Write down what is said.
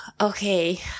okay